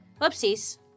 Whoopsies